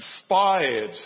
inspired